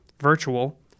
virtual